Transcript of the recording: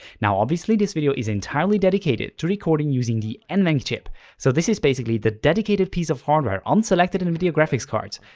now obviously this video is entirely dedicated to recording using the nvenc chip so this is basically the dedicated piece of hardware on selected nvidia graphics cards,